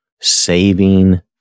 saving